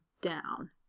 down